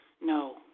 No